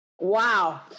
Wow